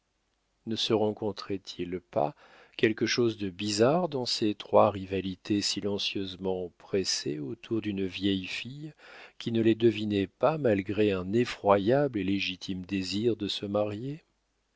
ne se rencontrait il pas quelque chose de bizarre dans ces trois rivalités silencieusement pressées autour d'une vieille fille qui ne les devinait pas malgré un effroyable et légitime désir de se marier